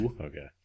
Okay